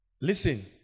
listen